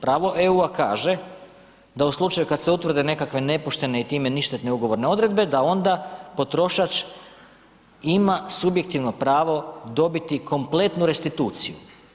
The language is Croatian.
Pravo EU-a kaže, da u slučaju kad se utvrde nekakve nepoštene i time ništetne ugovorne odredbe da onda potrošač ima subjektivno pravo dobiti kompletnu restituciju.